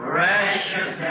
Precious